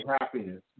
happiness